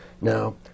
now